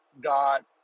got